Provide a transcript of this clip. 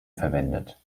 verwendet